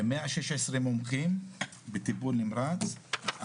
ומאה שש עשרה מומחים בטיפול נמרץ,